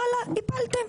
וואלה, הפלתם.